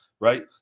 right